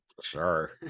sure